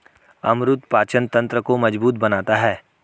अमरूद पाचन तंत्र को मजबूत बनाता है